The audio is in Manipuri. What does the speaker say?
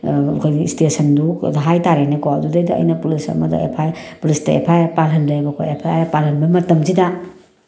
ꯑꯩꯈꯣꯏꯒꯤ ꯏꯁꯇꯦꯁꯟꯗꯨꯕꯨ ꯍꯥꯏꯇꯥꯔꯦꯅꯦ ꯀꯣ ꯑꯗꯨꯗꯩꯗ ꯑꯩꯅ ꯄꯨꯂꯤꯁ ꯑꯃꯗ ꯄꯤꯂꯤꯁꯇ ꯑꯦꯐ ꯑꯥꯏ ꯑꯥꯔ ꯄꯥꯂꯍꯜꯂꯦꯕꯀꯣ ꯑꯦꯐ ꯑꯥꯏ ꯑꯥꯔ ꯄꯥꯜꯍꯟꯕ ꯃꯇꯝꯁꯤꯗ